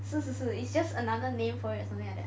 是是是 it's just another name for it or something like that